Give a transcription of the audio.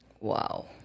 Wow